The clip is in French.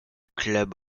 club